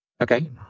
Okay